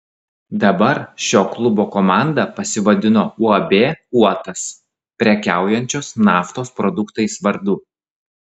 dabar šio klubo komanda pasivadino uab uotas prekiaujančios naftos produktais vardu